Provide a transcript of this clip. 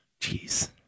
Jeez